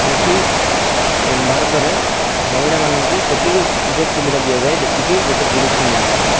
ଏଠି ଭାରତରେ ମହିଳା ମାନଙ୍କୁ ସେତିକି ସୁଯୋଗ ଦିଆଯାଏ ଯେତିକି ଗୋଟିଏ ପୁରୁଷକୁ ମିଳୁଛି